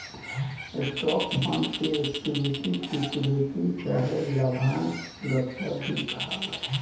stock fund के equity security चाहे लाभांश सुरक्षा भी कहाला